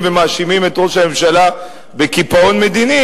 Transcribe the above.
ומאשימים את ראש הממשלה בקיפאון מדיני,